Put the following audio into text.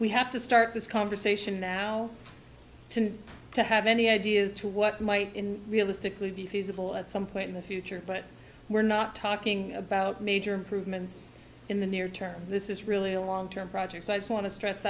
we have to start this conversation now to have any ideas to what might realistically be feasible at some point in the future but we're not talking about major improvements in the near term this is really a long term projects i just want to stress